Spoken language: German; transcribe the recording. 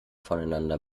voneinander